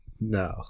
No